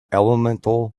elemental